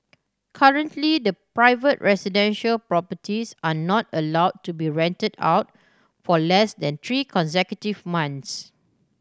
currently private residential properties are not allowed to be rented out for less than three consecutive months